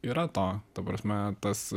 yra to ta prasme tas